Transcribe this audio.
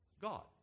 God